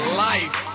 life